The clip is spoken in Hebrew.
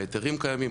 ההיתרים קיימים,